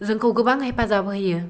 जोंखौ गोबां हेफाजाब होयो